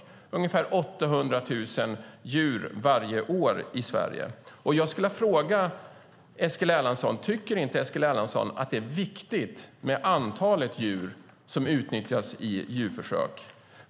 Det är ungefär 800 000 djur varje år i Sverige. Tycker inte Eskil Erlandsson att det är viktigt med antalet djur som utnyttjas i djurförsök?